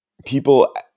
People